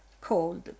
cold